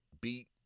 beat